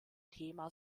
thema